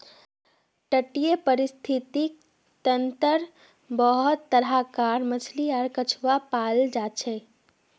तटीय परिस्थितिक तंत्रत बहुत तरह कार मछली आर कछुआ पाल जाछेक